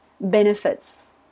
benefits